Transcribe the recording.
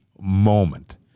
moment